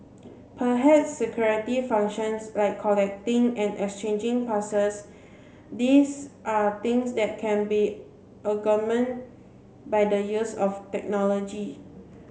perhaps security functions like collecting and exchanging passes these are things that can be augment by the use of technology